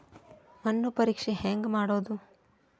ಮಣ್ಣು ಪರೇಕ್ಷೆ ಹೆಂಗ್ ಮಾಡೋದು?